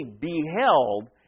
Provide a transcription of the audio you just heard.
beheld